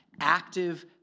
active